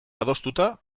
adostuta